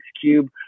cube